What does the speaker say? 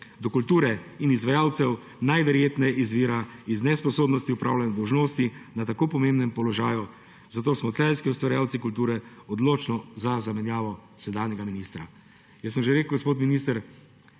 do kulture in izvajalcev najverjetneje izvira iz nesposobnosti opravljanja dolžnosti na tako pomembnem položaju, zato smo celjski ustvarjalci kulture odločno za zamenjavo sedanjega ministra.« Jaz sem že rekel, gospod minister,